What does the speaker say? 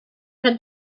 had